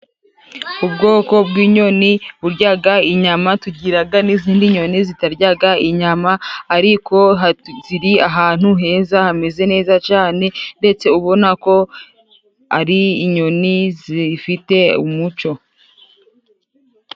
Ubwoko bw'inyoni buryaga inyama tugira n'izindi nyoni zitaryaga inyama, ariko ziri ahantu heza hameze neza cyane, ndetse ubona ko ari inyoni zifite umuco.